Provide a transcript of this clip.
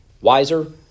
wiser